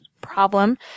problem